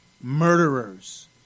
murderers